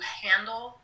handle